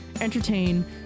entertain